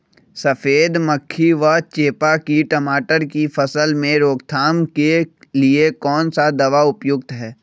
सफेद मक्खी व चेपा की टमाटर की फसल में रोकथाम के लिए कौन सा दवा उपयुक्त है?